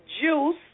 juice